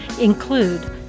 include